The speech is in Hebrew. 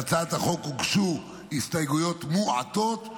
להצעת החוק הוגשו הסתייגויות מועטות,